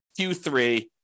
Q3